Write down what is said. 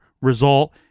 result